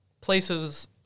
places –